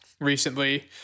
recently